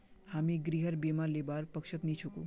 हामी गृहर बीमा लीबार पक्षत नी छिकु